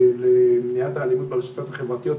למניעת האלימות ברשתות החברתיות.